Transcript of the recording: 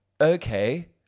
okay